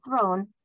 throne